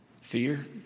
Fear